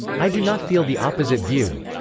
i do not feel the opposite view.